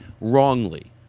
wrongly